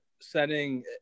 setting